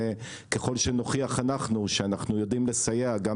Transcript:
וככל שנוכיח אנחנו שאנחנו יודעים לסייע גם